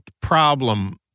problem